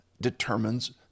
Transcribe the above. determines